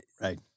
right